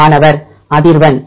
மாணவர் அதிர்வெண்